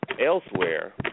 elsewhere